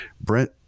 brent